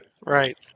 Right